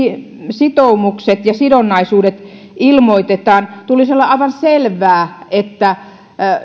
sitoumukset ja sidonnaisuudet ilmoitetaan tulisi olla aivan selvää että